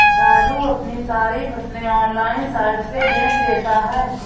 राजू अपनी सारी फसलें ऑनलाइन साइट से बेंच देता हैं